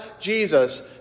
Jesus